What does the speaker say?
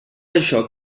això